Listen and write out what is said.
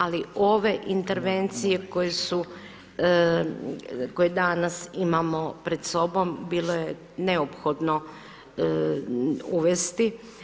Ali ove intervencije koje su, koje danas imamo pred sobom bilo je neophodno uvesti.